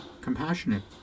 compassionate